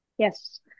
Yes